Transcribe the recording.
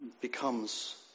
becomes